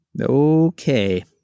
Okay